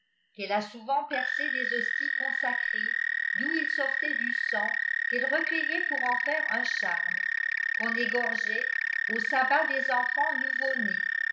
qu'elle a souvent percé des hosties consacrées d'où il sortait du sang qu'elle recueillait pour en faire un charme qu'on égorgeait au sabbat des enfants nouveaunés